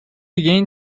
begin